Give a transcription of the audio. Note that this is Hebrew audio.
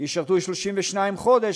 ישרתו 32 חודש,